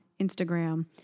Instagram